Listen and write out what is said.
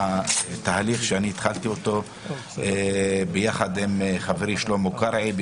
התהליך שאני התחלתי אותו ביחד עם חברי שלמה קרעי,